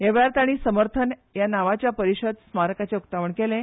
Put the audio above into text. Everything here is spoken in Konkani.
ह्या वेळार तांणी समर्थन ह्या नांवाच्या परिशद स्मारकाचे उक्तावण केलें